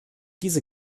diese